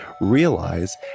realize